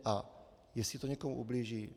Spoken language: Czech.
A jestli to někomu ublíží?